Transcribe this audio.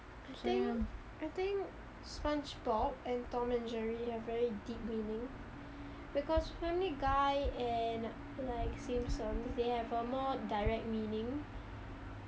I think I think spongebob and tom and jerry have very deep meaning because family guy and like simpsons they have a more direct meaning